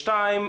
שתים,